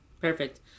perfect